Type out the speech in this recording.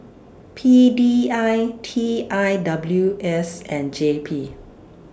P D I T I W S and J P